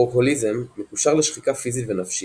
וורקהוליזם מקושר לשחיקה פיזית ונפשית,